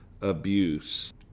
abuse